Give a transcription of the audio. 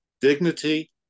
Dignity